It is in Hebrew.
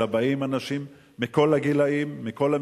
אלא באים אנשים מכל המקצועות,